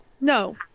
No